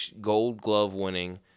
gold-glove-winning